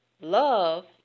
Love